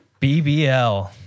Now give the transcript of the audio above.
BBL